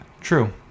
true